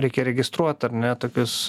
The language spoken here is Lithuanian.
reikia registruot ar ne tokius